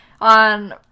on